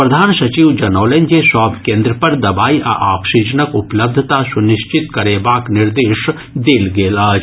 प्रधान सचिव जनौलनि जे सभ केन्द्र पर दवाई आ ऑक्सीजनक उपलब्धता सुनिश्चित करेबाक निर्देश देल गेल अछि